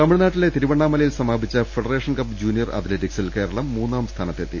തമിഴ്നാട്ടിലെ തിരുവണ്ണാമലയിൽ സമാപിച്ച ഫെഡറേഷൻ കപ്പ് ജൂനിയർ അത്ലറ്റിക്സിൽ കേരളം മൂന്നാം സ്ഥാന ത്തെത്തി